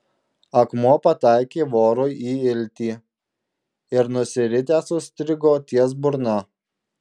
akmuo pataikė vorui į iltį ir nusiritęs užstrigo ties burna